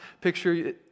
picture